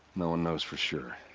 no one knows for sure.